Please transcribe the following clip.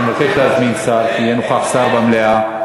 אני מבקש להזמין שר, שיהיה נוכח שר במליאה.